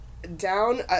Down